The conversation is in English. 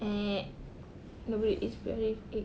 nobody eats briyani with egg